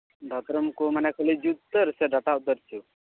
ᱫᱟᱛᱨᱚᱢ ᱠᱚ ᱢᱟᱱᱮ ᱠᱷᱟᱹᱞᱤ ᱡᱩᱛ ᱩᱛᱟᱹᱨ ᱥᱮ ᱰᱟᱴᱟ ᱩᱛᱟᱹᱨ ᱦᱚᱪᱚ